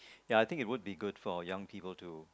ya I think it would be good for young people to